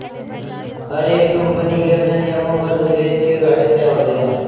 हर एक कम्पनी के अपने नियमों पर निवेश के घाटे तय होते हैं